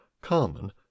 carmen